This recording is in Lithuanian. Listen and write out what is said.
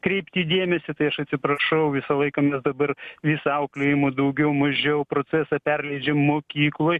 kreipti dėmesį tai aš atsiprašau visą laiką mes dabar visą auklėjimo daugiau mažiau procesą perleidžiam mokykloj